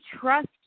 trust